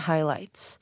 Highlights